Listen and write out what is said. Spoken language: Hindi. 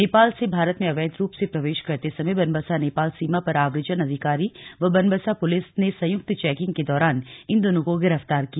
नेपाल से भारत में अवैध रूप से प्रवेश करते समय बनबसा नेपाल सीमा पर आव्रजन अधिकारी व बनबसा पुलिस ने संयुक्त चेकिंग के दौरान इन दोनों को गिरफ्तार किया